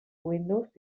windows